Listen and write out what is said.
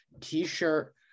t-shirt